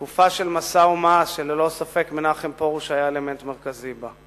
תקופת מסה של אומה שללא ספק מנחם פרוש היה אלמנט מרכזי בה.